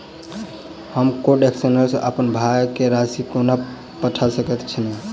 हम code scanner सँ अप्पन भाय केँ राशि कोना पठा सकैत छियैन?